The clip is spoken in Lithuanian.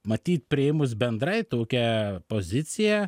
matyt priėmus bendrai tokią poziciją